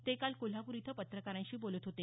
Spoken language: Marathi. ते काल कोल्हापूर इथं पत्रकारांशी बोलत होते